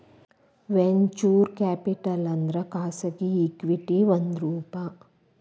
venture capital ಅಂದ್ರ ಖಾಸಗಿ equity ಒಂದ್ ರೂಪ